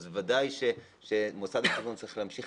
אז בוודאי שמוסד התכנון צריך להמשיך